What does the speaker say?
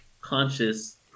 conscious